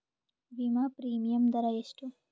ವಿಮಾ ಪ್ರೀಮಿಯಮ್ ದರಾ ಎಷ್ಟು?